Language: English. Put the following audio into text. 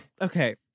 okay